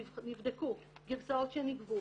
גרסאות שנגבו,